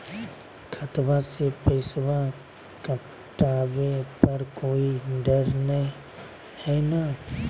खतबा से पैसबा कटाबे पर कोइ डर नय हय ना?